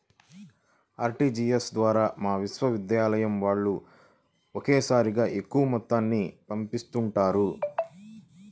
RTGS ద్వారా మా విశ్వవిద్యాలయం వాళ్ళు ఒకేసారిగా ఎక్కువ మొత్తాలను పంపిస్తుంటారు